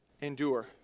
endure